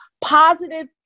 positive